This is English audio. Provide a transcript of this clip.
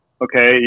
okay